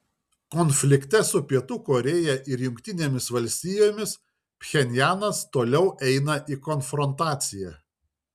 konflikte su pietų korėja ir jungtinėmis valstijomis pchenjanas toliau eina į konfrontaciją